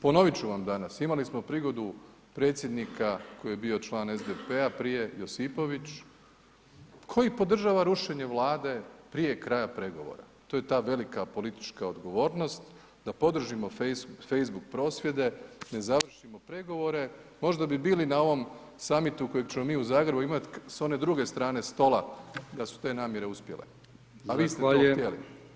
Ponovit ću vam danas, imali smo prigodu predsjednika koji je bio član SDP-a, prije Josipović, koji podržava rušenje Vlade prije kraja pregovora, to je ta velika politička odgovornost, da podržimo Facebook prosvjede, ne završimo pregovore, možda bi bili na ovom summitu kojeg ćemo mi u Zagrebu imat s one druge strane stola da su te namjere uspjele a vi ste to htjeli.